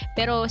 Pero